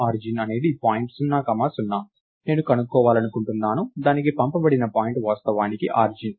origin అనేది point 0 నేను కనుక్కోవాలనుకుంటున్నాను దానికి పంపబడిన పాయింట్ వాస్తవానికి ఆరిజిన్